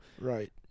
right